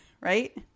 right